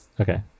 Okay